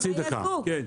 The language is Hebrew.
כן.